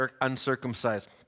uncircumcised